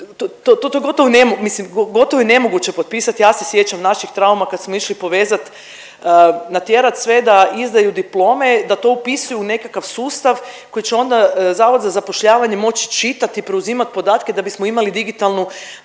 mislim gotovo je nemoguće potpisati, ja se sjećam naših trauma kad smo išli povezati, natjerat sve da izdaju diplome, da to upisuju u nekakav sustav koji će onda Zavod za zapošljavanje moći čitati i preuzimati podatke da bismo imali digitalnu